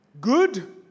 Good